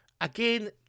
Again